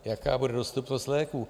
Jaká bude dostupnost léků?